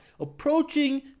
Approaching